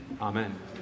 Amen